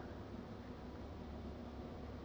then 可以在家里 bake lor